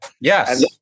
Yes